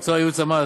מקצוע ייעוץ המס,